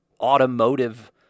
automotive